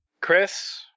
Chris